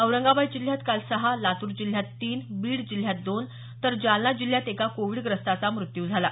औरंगाबाद जिल्ह्यात काल सहा लातूर जिल्ह्यात तीन बीड जिल्ह्यात दोन तर जालना जिल्ह्यात एका कोविडग्रस्ताचा मृत्यू झाला